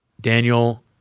Daniel